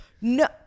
No